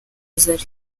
zari